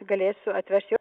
galėsiu atvešiu